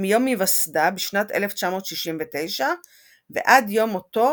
מיום הווסדה בשנת 1969 ועוד יום מותו